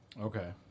Okay